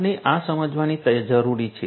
આપણે આ સમજવાની જરૂર છે